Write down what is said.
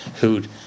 who'd